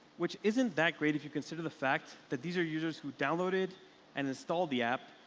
which isn't that great if you consider the fact that these are users who downloaded and installed the app.